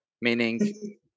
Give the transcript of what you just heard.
meaning